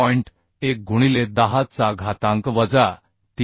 1 गुणिले 10चा घातांक वजा 3